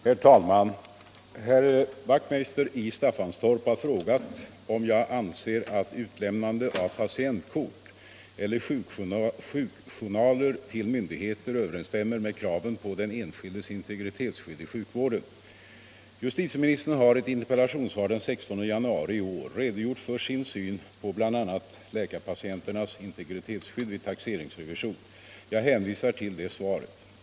Herr talman! Herr Wachtmeister i Staffanstorp har frågat om jag anser att utlämnande av patientkort eller sjukjournaler till myndigheter överensstämmer med kraven på den enskildes integritetsskydd i sjukvården. det i sjukvården det i sjukvården Justitieministern har i ett interpellationssvar den 16 januari i år redogjort för sin syn på bl.a. läkarpatienters integritetsskydd vid taxeringsrevision. Jag hänvisar till det svaret.